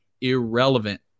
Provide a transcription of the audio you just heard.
irrelevant